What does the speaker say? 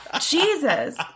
Jesus